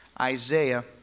Isaiah